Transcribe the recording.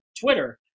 Twitter